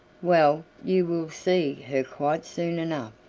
well, you will see her quite soon enough,